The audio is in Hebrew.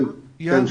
נכון.